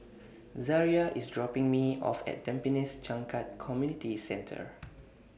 Zariah IS dropping Me off At Tampines Changkat Community Centre